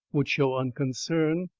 would show unconcern.